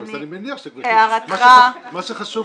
--- אני מניח שגברתי --- מה שחשוב